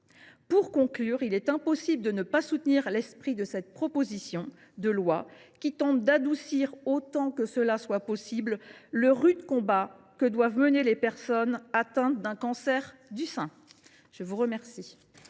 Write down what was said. Il est impossible de ne pas soutenir l’esprit de la présente proposition de loi, qui tente d’adoucir, autant que cela soit possible, le rude combat que doivent mener les personnes atteintes d’un cancer du sein. La parole